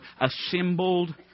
assembled